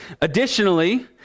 Additionally